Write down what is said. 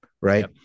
Right